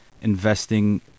investing